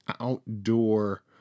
outdoor